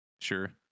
sure